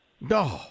no